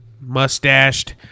mustached